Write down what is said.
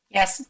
Yes